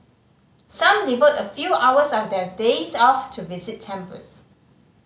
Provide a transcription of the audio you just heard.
some devote a few hours of their days off to visit temples